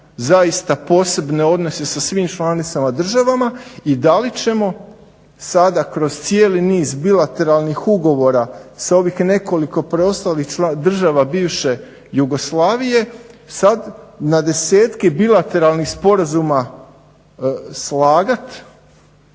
zaista posebne odnose sa svim članicama državama. I da li ćemo sada kroz cijeli niz bilateralnih ugovora s ovih nekoliko preostalih država bivše Jugoslavije sada na desetke bilateralnih sporazuma slagati,